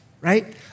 right